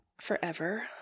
Forever